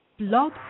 Blog